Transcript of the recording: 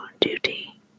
duty